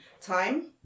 time